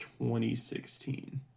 2016